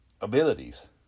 abilities